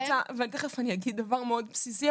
תכף אני אגיד דבר מאוד בסיסי,